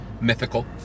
mythical